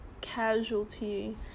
casualty